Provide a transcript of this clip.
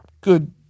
good